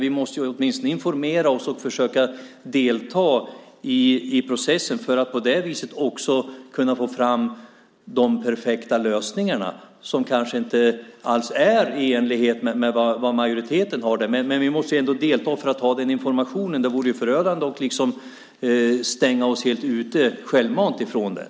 Vi måste åtminstone informera oss och försöka delta i processen för att på det viset också kunna få fram de perfekta lösningarna. De kanske inte alls är i enlighet med vad majoriteten anser. Men vi måste ändå delta för att ha den informationen. Det vore förödande att självmant stänga oss helt ute från det.